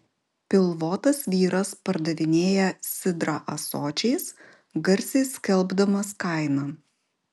pilvotas vyras pardavinėja sidrą ąsočiais garsiai skelbdamas kainą